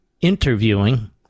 interviewing